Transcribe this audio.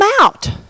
out